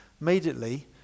immediately